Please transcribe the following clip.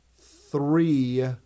three